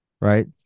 right